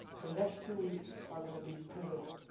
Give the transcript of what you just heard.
the next two weeks are going to be pivotal.